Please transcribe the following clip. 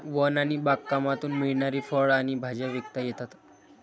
one बागकामातून मिळणारी फळं आणि भाज्या विकता येतात